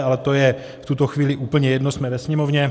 Ale to je v tuto chvíli úplně jedno, jsme ve Sněmovně.